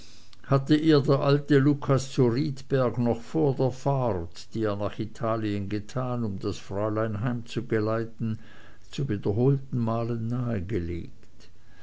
hatte ihr der alte lucas zu riedberg noch vor der fahrt die er nach italien getan um das fräulein heimzugeleiten zu wiederholten malen nahegelegt